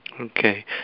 Okay